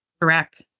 Correct